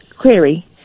query